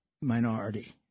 minority